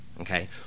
okay